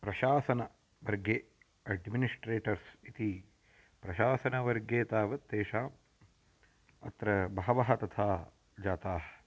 प्रशासनवर्गे administrators इति प्रशासनवर्गे तावत् तेषाम् अत्र बहवः तथा जाताः